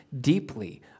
deeply